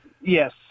Yes